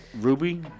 Ruby